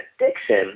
addiction